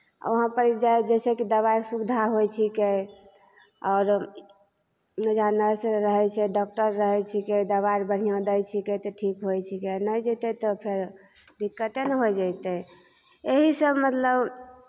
वहाँपर जाइ जइसे कि दबाइ सुविधा होइ छिकै आओर नर्स रहै छै डॉक्टर रहै छिकै दबाइ बढ़िआँ दै छिकै तऽ ठीक होइ छिकै नहि जेतै तऽ फेर दिक्कते ने होइ जयतै यही सभ मतलब